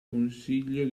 consiglio